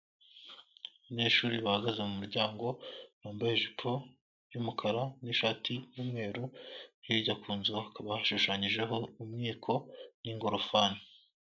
Abanyeshuri bahagaze mu muryango bambaye ijipo y'umukara n'ishati y'umweru hirya ku nzu hashushanyijeho umwiko n'ingorofani.